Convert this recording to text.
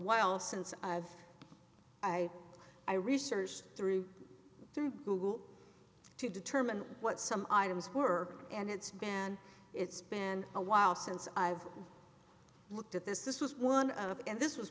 while since i've i i researched through google to determine what some items were and it's been it's been a while since i've looked at this this was one and this was